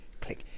click